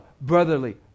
Brotherly